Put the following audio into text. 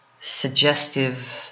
suggestive